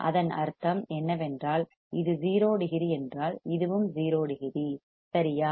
அதன் அர்த்தம் என்னவென்றால் இது 0 டிகிரி என்றால் இதுவும் 0 டிகிரி சரியா